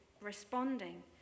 responding